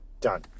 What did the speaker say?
done